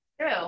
true